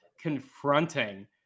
confronting